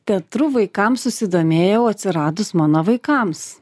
teatru vaikams susidomėjau atsiradus mano vaikams